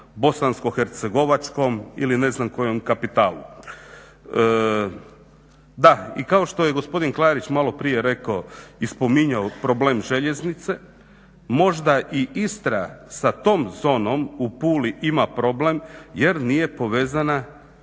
bosansko-hercegovačkom ili ne znam kojem kapitalu. Da, i kao što je gospodin Klarić malo prije rekao i spominjao problem željeznice, možda i Istra sa tom zonom u Puli ima problem jer nije povezana